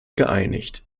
geeinigt